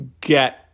get